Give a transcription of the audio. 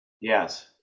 Yes